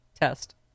test